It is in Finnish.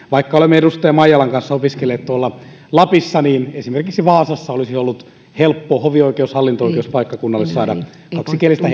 vaikka olemme edustaja maijalan kanssa opiskelleet lapissa niin esimerkiksi vaasassa olisi ollut helppoa hovioikeus ja hallinto oikeuspaikkakunnalle saada kaksikielistä